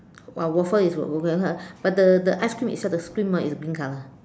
!wow! waffle is but the the ice cream itself the cream ah is green color